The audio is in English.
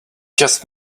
just